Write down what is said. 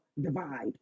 divide